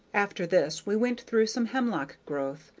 after this we went through some hemlock growth,